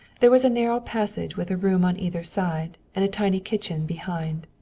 there was a narrow passage with a room on either side, and a tiny kitchen behind.